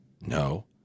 No